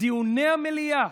דיוני המליאה